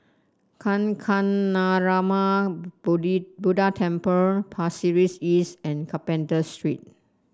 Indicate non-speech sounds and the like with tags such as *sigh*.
Kancanarama *unintelligible* Buddha Temple Pasir Ris East and Carpenter Street